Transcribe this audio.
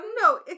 No